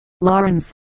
Lawrence